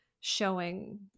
showing